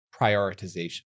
prioritization